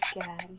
again